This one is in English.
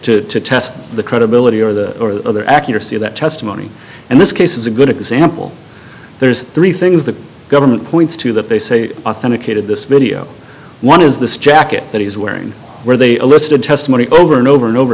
it to test the credibility or the other accuracy of that testimony and this case is a good example there's three things the government points to that they say authenticated this video one is this jacket that he's wearing where they listed testimony over and over and over